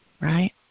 right